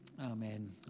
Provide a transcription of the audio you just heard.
Amen